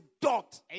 dot